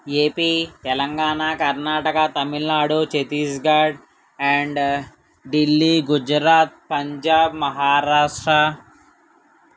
AP Telangana Karnataka Tamil Nadu Chhattisgarh and Delhi Gujarat Punjab Maharashtra